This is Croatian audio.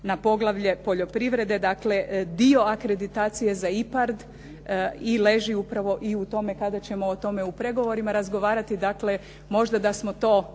na poglavlje poljoprivrede. Dakle, dio akreditacije za IPARD i leži upravo i u tome kada ćemo o tome u pregovorima razgovarati. Dakle, možda da smo to